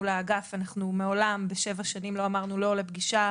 לאגף אנחנו מעולם בשבע שנים לא אמרנו לא לפגישה,